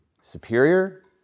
superior